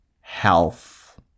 health